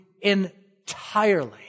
entirely